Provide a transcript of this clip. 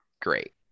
great